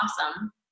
awesome